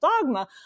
dogma